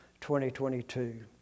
2022